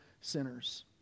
sinners